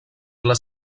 les